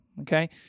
Okay